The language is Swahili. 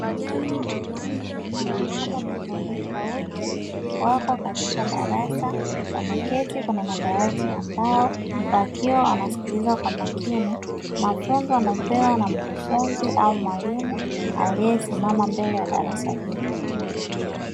Vijana wa makamo tofauti tofauti wako katika darasa wameketi kwenye madawati ya mbao wakiwa wanasikiliza kwa makini mafunzo wanayopewa na mkufunzi au mwalimu aliyesimama mbele ya darasa hilo.